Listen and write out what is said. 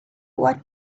what